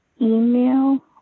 email